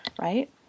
right